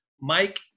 Mike